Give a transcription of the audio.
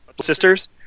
Sisters